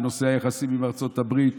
בנושא היחסים עם ארצות הברית